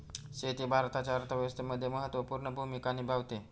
शेती भारताच्या अर्थव्यवस्थेमध्ये महत्त्वपूर्ण भूमिका निभावते